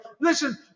Listen